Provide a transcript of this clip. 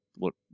look